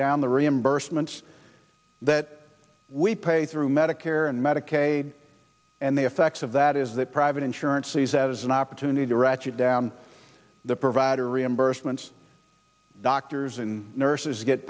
down the reimbursement that we pay through medicare and medicaid and the effects of that is that private insurance sees that as an opportunity to ratchet down the provider reimbursements doctors and nurses get